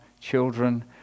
children